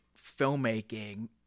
filmmaking